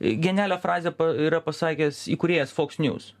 genialią frazę yra pasakęs įkūrėjas foks nius